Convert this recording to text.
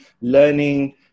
learning